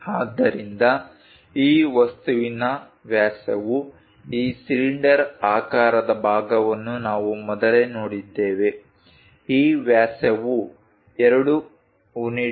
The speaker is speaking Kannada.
ಆದ್ದರಿಂದ ಈ ವಸ್ತುವಿನ ವ್ಯಾಸವು ಈ ಸಿಲಿಂಡರ್ ಆಕಾರದ ಭಾಗವನ್ನು ನಾವು ಮೊದಲೇ ನೋಡಿದ್ದೇವೆ ಈ ವ್ಯಾಸವು 2 ಯೂನಿಟ್ಗಳು